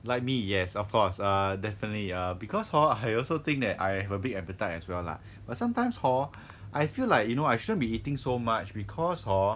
like me yes of course err definitely ya because hor I also think that I have a big appetite as well lah but sometimes hor I feel like you know I shouldn't be eating so much because hor